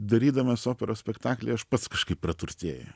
darydamas operos spektaklį aš pats kažkaip praturtėju